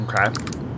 Okay